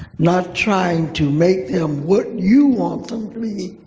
not trying to make them what you want them to be or